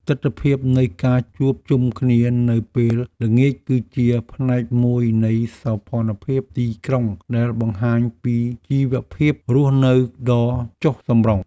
ទិដ្ឋភាពនៃការជួបជុំគ្នានៅពេលល្ងាចគឺជាផ្នែកមួយនៃសោភ័ណភាពទីក្រុងដែលបង្ហាញពីជីវភាពរស់នៅដ៏ចុះសម្រុង។